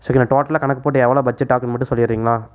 சரிண்ணா டோட்டலாக கணக்கு போட்டு எவ்வளோ பட்ஜெட் ஆகும்னு மட்டும் சொல்லிடறீங்களா